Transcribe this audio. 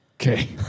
okay